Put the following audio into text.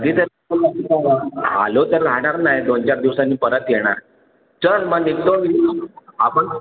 आलो तर राहणार नाही दोन चार दिवसानी परत येणार चल मग निघतो मी आपण